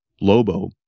Lobo